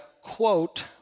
quote